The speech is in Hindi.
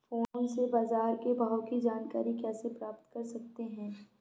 फोन से बाजार के भाव की जानकारी कैसे प्राप्त कर सकते हैं?